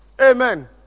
Amen